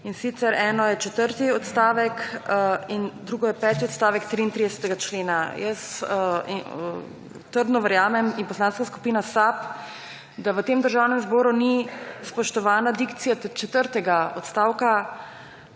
In sicer eno je četrti odstavek in drugo je peti odstavek 33. člena. Jaz trdno verjamem in Poslanska skupina SAB, da v tem Državnem zboru ni spoštovana dikcija četrtega odstavka